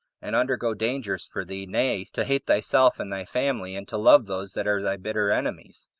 and undergo dangers for thee nay, to hate thyself and thy family, and to love those that are thy bitter enemies,